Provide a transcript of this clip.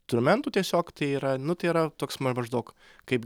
trumentų tiesiog tai yra nu tai yra toks ma maždaug kaip